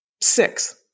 six